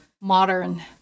modern